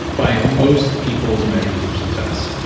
by most people's measures of success,